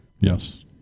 Yes